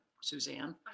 Suzanne